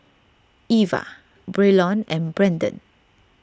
Eva Braylon and Branden